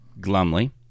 Glumly